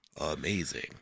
amazing